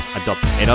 adopt